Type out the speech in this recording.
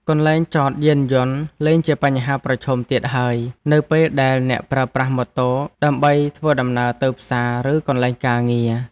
កន្លែងចតយានយន្តលែងជាបញ្ហាប្រឈមទៀតហើយនៅពេលដែលអ្នកប្រើប្រាស់ម៉ូតូដើម្បីធ្វើដំណើរទៅផ្សារឬកន្លែងការងារ។